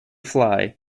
fly